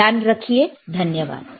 ध्यान रखिए धन्यवाद